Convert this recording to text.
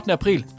april